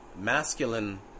masculine